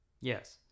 Yes